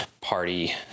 party